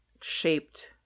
shaped